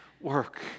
work